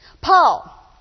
Paul